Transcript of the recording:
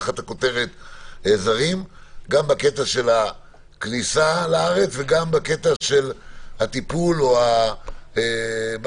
גם בקטע של הכניסה לארץ וגם בטיפול או מה